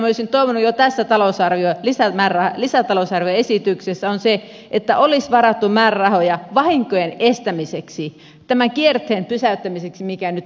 elikkä se mitä minä olisin toivonut on se että jo tässä lisätalousarvioesityksessä olisi varattu määrärahoja vahinkojen estämiseksi tämän kierteen pysäyttämiseksi mikä nyt on menossa